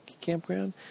campground